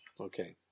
Okay